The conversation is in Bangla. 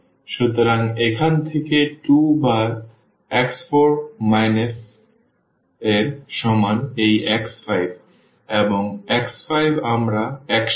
সুতরাং এখান থেকে 2 বার x4 বিয়োগ এর সমান এই x5 এবং x5 আমরা x2 নিয়েছি